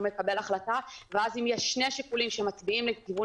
מקבל החלטה ואז אם יש שני שיקולים שמצביעים על כיוון